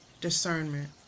discernment